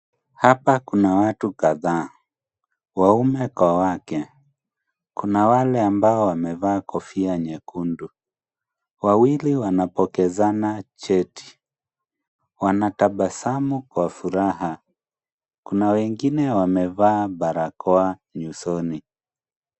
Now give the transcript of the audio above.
Hapa kuna watu kadha, waume kwa wake, kuna wale ambao wamevaa kofia nyekundu, wawili wanapokezana cheti, wanatabasamu kwa furaha, kuna wengine wamevaa barakoa nyusoni.